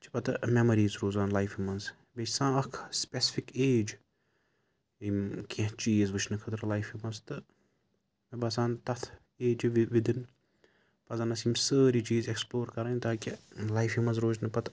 یِم چھِ پَتہٕ میٚموریٖز روزان لایفہِ منٛز بیٚیہِ چھِ آسان اَکھ سٕپیسفِک ایج یِم کیٚنٛہہ چیٖز وُچھنہٕ خٲطرٕ لایفہِ منٛز تہٕ مےٚ باسان تَتھ ایجہِ وِدٕن پَزیٚن ٲسۍ یِم سٲری چیٖز ایٚکٕسپلور کَرٕنۍ تاکہِ لایفہِ منٛز روز نہٕ پَتہٕ